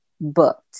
booked